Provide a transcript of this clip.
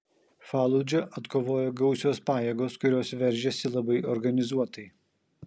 faludžą atkovojo gausios pajėgos kurios veržėsi labai organizuotai